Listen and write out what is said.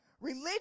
Religion